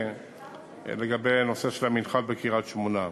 הנושא של המנחת בקריית-שמונה.